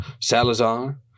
Salazar